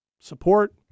Support